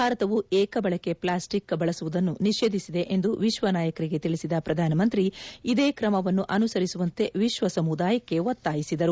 ಭಾರತವು ಏಕ ಬಳಕೆ ಪ್ಲಾಸ್ಟಿಕ್ ಬಳಸುವುದನ್ನು ನಿಷೇಧಿಸಿದೆ ಎಂದು ವಿಶ್ವ ನಾಯಕರಿಗೆ ತಿಳಿಸಿದ ಪ್ರಧಾನಮಂತ್ರಿ ಇದೇ ಕ್ರಮವನ್ನು ಅನುಸರಿಸುವಂತೆ ವಿಶ್ವ ಸಮುದಾಯಕ್ಕೆ ಒತ್ತಾಯಿಸಿದರು